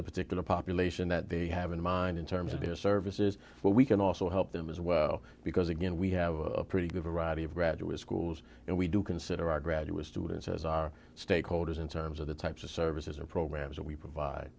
the particular population that they have in mind in terms of their services but we can also help them as well because again we have a pretty good variety of graduate schools and we do consider our graduate students as our stakeholders in terms of the types of services or programs that we provide